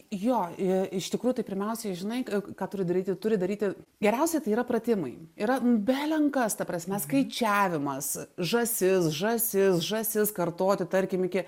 jo ir iš tikrųjų tai pirmiausiai žinai ką turi daryti turi daryti geriausia tai yra pratimai yra belenkas ta prasme skaičiavimas žąsis žąsis žąsis kartoti tarkim iki